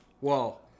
whoa